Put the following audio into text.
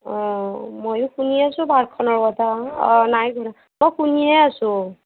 অঁ ময়ো শুনি আছোঁ পাৰ্কখনৰ কথা অঁ নাই ঘূৰা মই শুনিহে আছোঁ